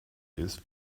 ist